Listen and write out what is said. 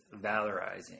valorizing